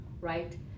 right